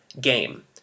game